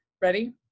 ready